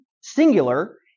singular